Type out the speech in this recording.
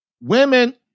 women